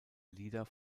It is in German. lieder